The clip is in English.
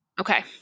Okay